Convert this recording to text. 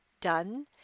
done